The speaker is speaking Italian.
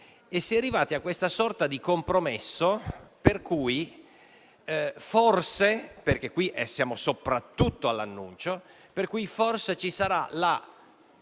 e si è arrivati a questa sorta di compromesso per cui forse (perché qui siamo soprattutto all'annuncio) ci sarà la